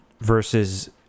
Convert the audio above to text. versus